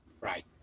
right